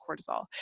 cortisol